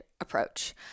approach